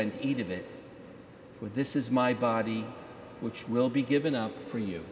and eat of it with this is my body which will be given up for you